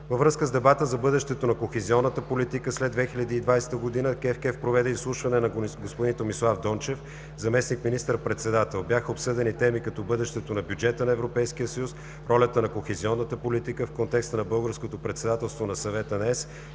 Във връзка с дебата за бъдещето на Кохезионната политика след 2020 г., КЕВКЕФ проведе изслушване на господин Томислав Дончев, заместник министър-председател. Бяха обсъдени теми като бъдещето на бюджета на Европейския съюз, ролята на Кохезионната политика в контекста на Българското председателство на Съвета на